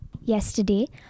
Yesterday